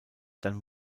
dann